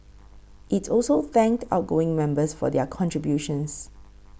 it also thanked outgoing members for their contributions